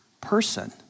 person